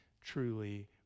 truly